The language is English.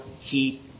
heat